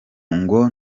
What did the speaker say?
ngo